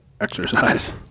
exercise